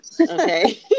Okay